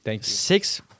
six